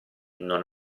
non